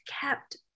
kept